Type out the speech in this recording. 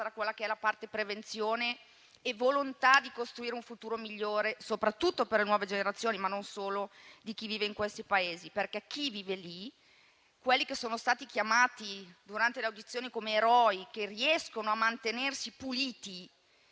separata dalla prevenzione e dalla volontà di costruire un futuro migliore soprattutto per le nuove generazioni, ma non solo, per chi vive in questi paesi, perché chi vive lì, quelli che sono stati chiamati durante le audizioni come eroi, che riescono a mantenersi puliti